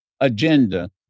agenda